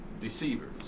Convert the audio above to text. Deceivers